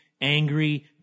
angry